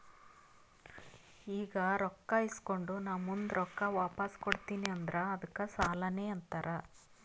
ಈಗ ರೊಕ್ಕಾ ಇಸ್ಕೊಂಡ್ ನಾ ಮುಂದ ರೊಕ್ಕಾ ವಾಪಸ್ ಕೊಡ್ತೀನಿ ಅಂದುರ್ ಅದ್ದುಕ್ ಸಾಲಾನೇ ಅಂತಾರ್